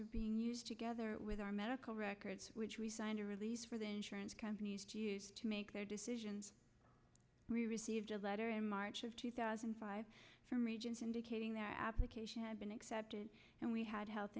were being used together with our medical records which we signed a release for the insurance companies to use to make their decisions we received a letter in march of two thousand and five from regents indicating their application had been accepted and we had health